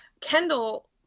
Kendall